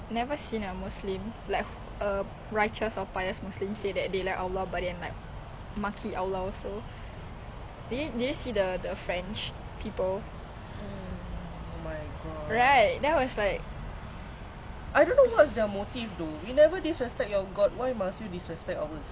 ya the thing is like cause french they are trying to reach like circularism macam dia tak nak apa-apa religion at all kat dalam dia orang country or tak nak individualism kat dalam country dia orang also dia orang tak nak ah tudung semua tak nak which I don't understand because other people from other religion macam nuns tu semua